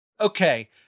Okay